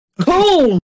Cool